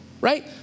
right